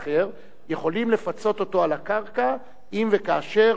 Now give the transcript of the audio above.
יכולים לפצות אותו על הקרקע אם וכאשר הוא החשה,